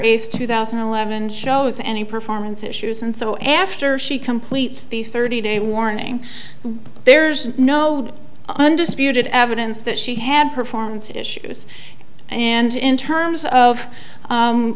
eighth two thousand and eleven shows any performance issues and so after she completes the thirty day warning there's no undisputed evidence that she had performance issues and in terms of